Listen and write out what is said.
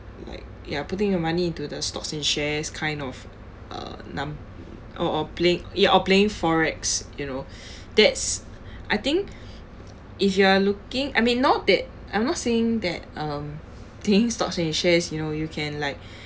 like ya putting your money into the stocks and shares kind of uh numb~ or or play~ ya or playing forex you know that's I think if you are looking I mean not that I'm not saying that um playing stocks and share you know you can like